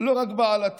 לא רק בעלטה.